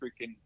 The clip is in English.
freaking